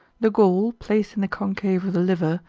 the gall placed in the concave of the liver,